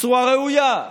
בצורה ראויה.